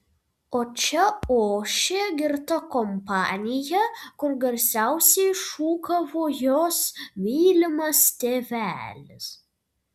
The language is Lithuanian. o čia ošė girta kompanija kur garsiausiai šūkavo jos mylimas tėvelis